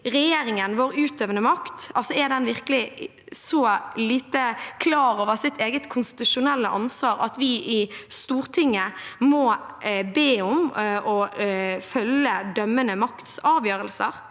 regjeringen, vår utøvende makt, virkelig så lite klar over sitt eget konstitusjonelle ansvar at vi i Stortinget må be om at man følger den dømmende makts avgjørelser,